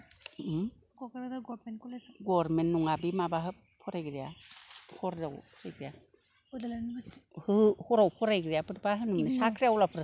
government college हो Kokrajhar government कलेजाव government नङा बे माबा फरायग्राया हराव फरायग्राया